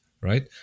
right